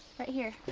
right here.